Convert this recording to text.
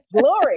Glory